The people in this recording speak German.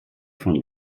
von